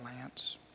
Lance